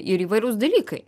ir įvairūs dalykai